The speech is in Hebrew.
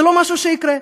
זה לא משהו שיקרה,